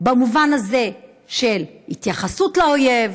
במובן הזה של התייחסות לאויב,